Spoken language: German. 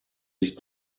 sich